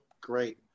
great